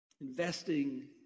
Investing